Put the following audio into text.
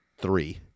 three